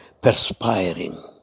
perspiring